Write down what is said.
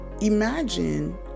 imagine